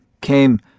came